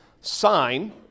sign